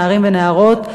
נערים ונערות,